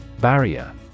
Barrier